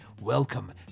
welcome